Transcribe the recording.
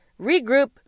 Regroup